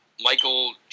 Michael